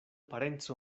parenco